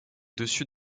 dessus